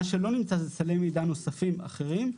מה שלא ניתן זה סלי מידע נוספים ואחרים,